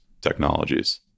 technologies